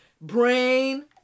brain